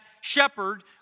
shepherd